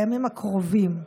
בימים הקרובים,